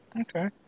Okay